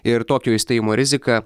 ir tokio išstojimo rizika